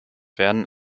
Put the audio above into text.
werden